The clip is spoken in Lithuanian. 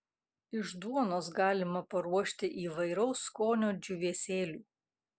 iš duonos galima paruošti įvairaus skonio džiūvėsėlių